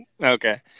Okay